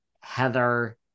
Heather